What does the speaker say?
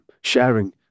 sharing